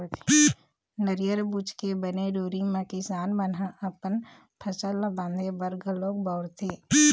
नरियर बूच के बने डोरी म किसान मन ह अपन फसल ल बांधे बर घलोक बउरथे